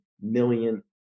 million